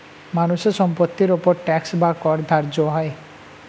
মানুষের সম্পত্তির উপর ট্যাক্স বা কর ধার্য হয়